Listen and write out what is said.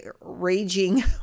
raging